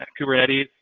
Kubernetes